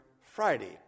Friday